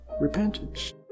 repentance